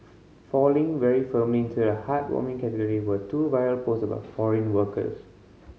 falling very firmly into the heartwarming category were two viral posts about foreign workers